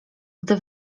gdy